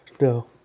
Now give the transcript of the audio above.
No